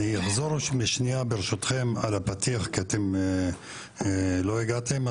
אני אחזור שנייה ברשותכם על הפתיח כי אתם לא הגעתם.